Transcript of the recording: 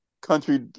country